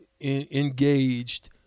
engaged